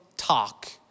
talk